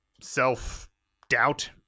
self-doubt